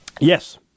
Yes